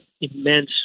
immense